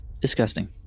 Disgusting